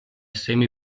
semi